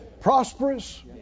prosperous